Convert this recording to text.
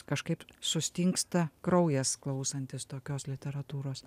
kažkaip sustingsta kraujas klausantis tokios literatūros